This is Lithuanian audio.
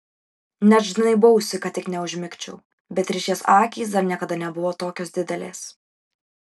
net žnaibausi kad tik neužmigčiau beatričės akys dar niekada nebuvo tokios didelės